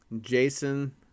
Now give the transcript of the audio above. Jason